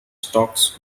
stocks